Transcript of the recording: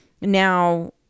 Now